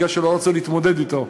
מכיוון שלא רצו להתמודד אתו.